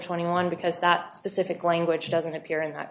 twenty one because that specific language doesn't appear in that